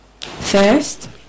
First